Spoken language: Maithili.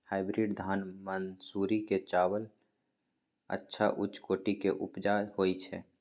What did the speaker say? हाइब्रिड धान मानसुरी के चावल अच्छा उच्च कोटि के उपजा होय छै?